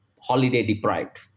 holiday-deprived